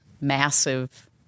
massive